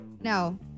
No